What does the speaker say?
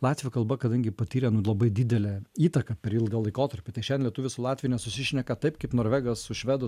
latvių kalba kadangi patyrė nu labai didelę įtaką per ilgą laikotarpį tai šian lietuvis su latviu nesusišneka taip kaip norvegas su švedu